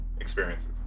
experiences